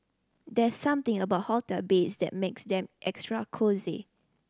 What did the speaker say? there's something about hotel beds that makes them extra cosy